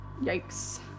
Yikes